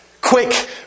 Quick